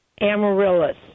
amaryllis